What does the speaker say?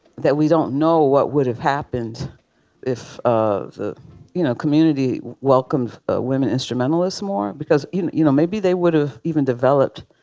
that we don't know what would have happened if ah the you know community welcomed ah women instrumentalists more because, you know, you know maybe they would have even developed,